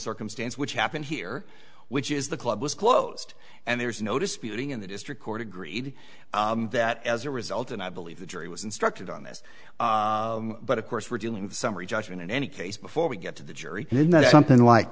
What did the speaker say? circumstance which happened here which is the club was closed and there's no disputing and the district court agreed that as a result and i believe the jury was instructed on this but of course we're dealing with summary judgment in any case before we get to the jury in that something like